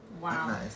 Wow